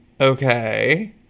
Okay